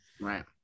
Right